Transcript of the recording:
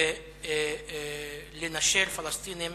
ולנשל פלסטינים